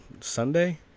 Sunday